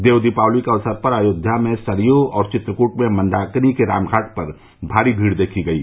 देव दीपावली के अवसर पर अयोध्या में सरयू और चित्रकूट में मंदाकिनी के रामघाट पर भी भारी भीड़ देखी गयी